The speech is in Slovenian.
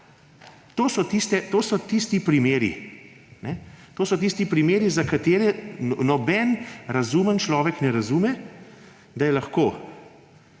To so ti primeri, za katere noben razumen človek ne razume, da je lahko